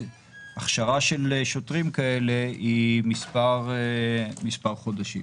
הכשרה של שוטרים כאלה היא מספר חודשים.